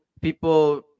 people